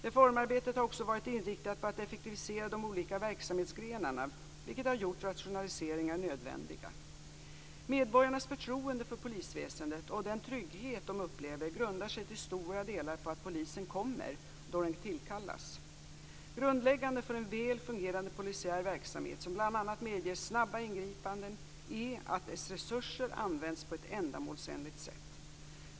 Reformarbetet har också varit inriktat på att effektivisera de olika verksamhetsgrenarna, vilket har gjort rationaliseringar nödvändiga. Medborgarnas förtroende för polisväsendet och den trygghet de upplever grundar sig till stora delar på att polisen kommer då den tillkallats. Grundläggande för en väl fungerande polisiär verksamhet, som bl.a. medger snabba ingripanden, är att dess resurser används på ett ändamålsenligt sätt.